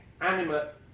animate